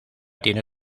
tiene